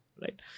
right